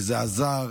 וזה עזר.